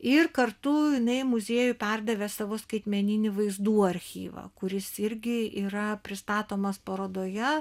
ir kartu jinai muziejui perdavė savo skaitmeninį vaizdų archyvą kuris irgi yra pristatomas parodoje